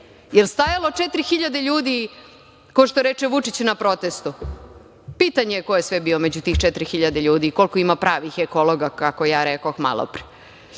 Jel stajalo 4.000 ljudi, ko što reče Vučić, na protestu? Pitanje je ko je sve bio među tih 4.000 ljudi i koliko ima pravih ekologa, kako ja rekoh malopre.